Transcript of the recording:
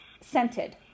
scented